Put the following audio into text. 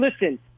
listen